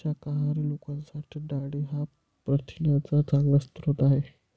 शाकाहारी लोकांसाठी डाळी हा प्रथिनांचा चांगला स्रोत आहे